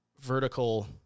vertical